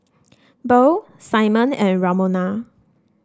Beryl Simon and Ramona